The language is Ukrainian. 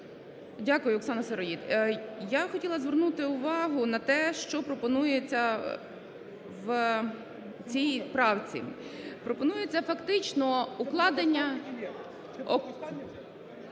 Дякую. Оксана Сироїд. Я хотіла звернути увагу на те, що пропонується в цій правці. Пропонується фактично укладення…